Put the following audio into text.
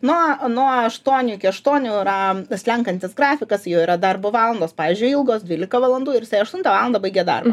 nuo nuo aštuonių iki aštuonių yra slenkantis grafikas yra darbo valandos pavyzdžiui ilgos dvylika valandų ir jisai aštuntą valandą baigė darbą